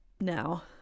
now